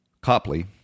Copley